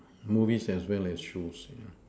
movies as well as shows yeah